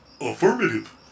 Affirmative